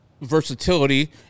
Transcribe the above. versatility